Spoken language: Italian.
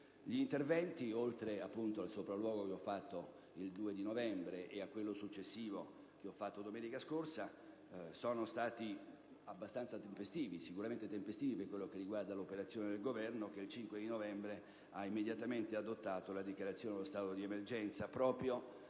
agli interventi che, oltre al sopralluogo che ho fatto il 2 novembre ed il successivo fatto domenica scorsa, sono stati abbastanza tempestivi, sicuramente tempestivi per quanto riguarda l'operazione del Governo che, il 5 novembre, ha immediatamente dichiarato lo stato di emergenza